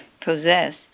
possess